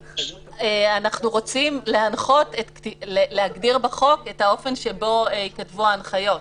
אנחנו רוצים להגדיר בחוק את האופן שבו ייכתבו ההנחיות,